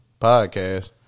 podcast